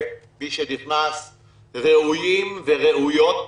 ומי שנכנס ראויים וראויות,